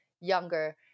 younger